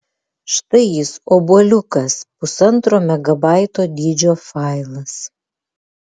štai jis obuoliukas pusantro megabaito dydžio failas